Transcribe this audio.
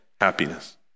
happiness